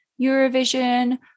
Eurovision